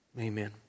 Amen